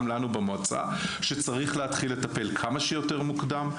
לנו במועצה שצריך להתחיל לטפל כמה שיותר מוקדם.